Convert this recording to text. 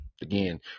Again